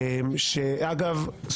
ואגב,